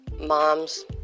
moms